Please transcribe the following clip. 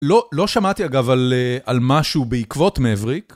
לא שמעתי אגב על משהו בעקבות מבריק.